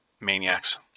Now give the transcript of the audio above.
maniacs